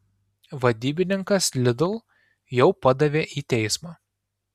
vadybininkas lidl jau padavė į teismą